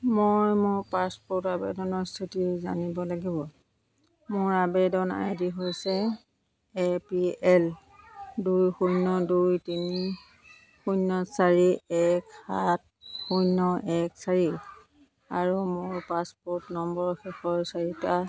মই মোৰ পাছপোৰ্ট আবেদনৰ স্থিতি জানিব লাগিব মোৰ আবেদন আইডি হৈছে এ পি এল দুই শূন্য দুই তিনি শূন্য চাৰি এক সাত শূন্য এক চাৰি আৰু মোৰ পাছপোৰ্ট নম্বৰৰ শেষৰ চাৰিটা